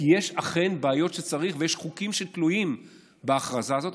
כי אכן יש בעיות ויש חוקים שתלויים בהכרזה הזאת,